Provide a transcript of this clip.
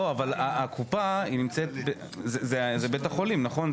לא, אבל הקופה זה בית החולים, נכון?